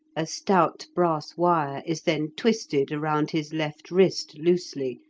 a stout brass wire is then twisted around his left wrist loosely,